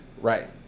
Right